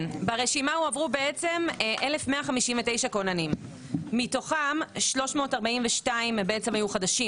ברשימה הועברו בעצם 1,159 כוננים מתוכם 342 בעצם היו חדשים